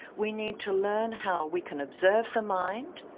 we need to learn how we can observe the mind,